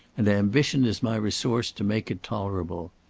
and ambition is my resource to make it tolerable.